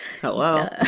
Hello